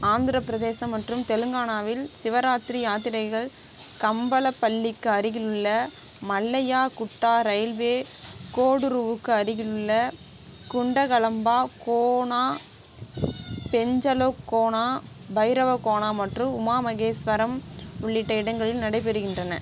ஆந்திரப் பிரதேசம் மற்றும் தெலங்கானாவில் சிவராத்திரி யாத்திரைகள் கம்பளப்பள்ளிக்கு அருகிலுள்ள மல்லையா குட்டா ரயில்வே கோடுருவுக்கு அருகிலுள்ள குண்டகலம்பா கோனா பெஞ்சலகோனா பைரவகோனா மற்றும் உமா மகேஸ்வரம் உள்ளிட்ட இடங்களில் நடைபெறுகின்றன